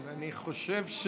אני חושב,